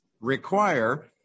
require